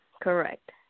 Correct